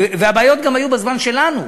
והבעיות היו גם בזמן שלנו,